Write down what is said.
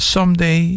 Someday